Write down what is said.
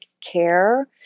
care